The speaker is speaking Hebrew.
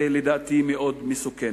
ולדעתי מאוד מסוכנת.